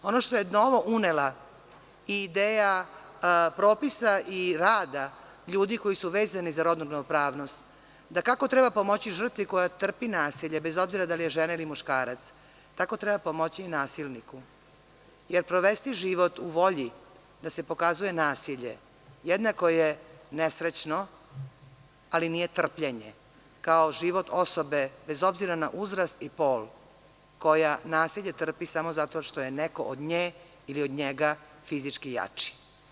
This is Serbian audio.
Ono što je novo unela i ideja propisa i rada ljudi koji su vezani za rodnu ravnopravnost, da kako treba pomoći žrtvi koja trpi nasilje, bez obzira da li je žena ili muškarac, tako treba pomoći nasilniku, jer provesti život u volji da se pokazuje nasilje jednako je nesrećno, ali nije trpljenje, kao život osobe, bez obzira na uzrast i pol, koja nasilje trpi samo zato što je neko od nje ili od njega fizički jači.